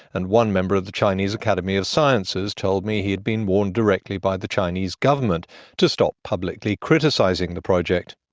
and one member of the chinese academy of sciences told me he had been awarded directly by the chinese government to stop publicly criticising the project.